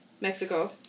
Mexico